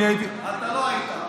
אתה לא היית.